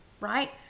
Right